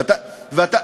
ואתה,